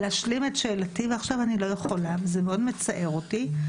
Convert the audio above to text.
רציתי להשלים את שאלתי ועכשיו אני לא יכולה וזה מאוד מצער אותי,